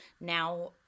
now